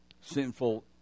Sinful